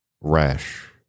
rash